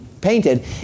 painted